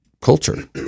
culture